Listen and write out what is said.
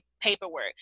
paperwork